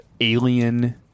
alien